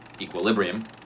equilibrium